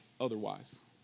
otherwise